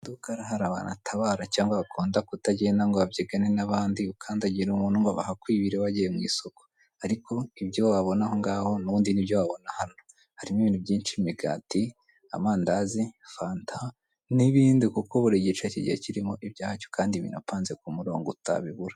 kara hari abantu atabara cyangwa bakunda kutagenda ngo babyigane n'abandi ukandagira umuntu abahakwibi wagiye mu isoko ariko ibyo wabona ngaho n'ndi nibyo wabona hano harimo ibintu byinshi imigati amandazi fanta n'ibindi kuko buri gice kigiye kirimo ibyacyo kandi binapanze ku murongo utabibura.